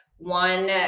One